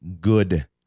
good